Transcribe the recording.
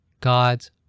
God's